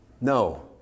No